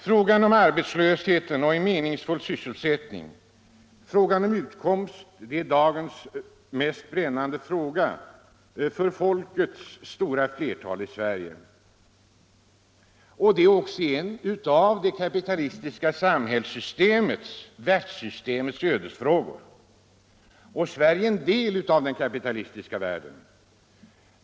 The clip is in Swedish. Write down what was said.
Frågan om arbetslösheten och en meningsfull sysselsättning, frågan om utkomst, är dagens mest brännande fråga för folkets stora Aertal i Sverige. Den är också en av det kapitalistiska världssystemets ödesfrågor. Sverige är en del av den kapitalistiska världen.